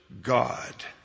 God